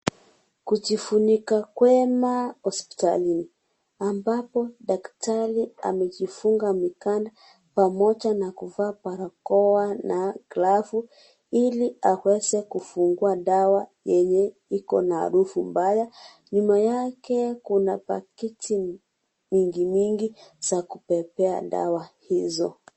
Kujifnika kwema hospitalini ambapo daktari amejifunga mikanda pamoja na kuvaa barakoa na glavu ili aweze kufungua dawa yenye iko na harufu mbaya . Nyuma yake kuna pakiti mingi mingi za kubebea dawa hizo.